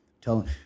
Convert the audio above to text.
tell